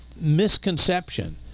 misconception